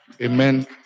Amen